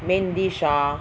main dish hor